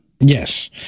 Yes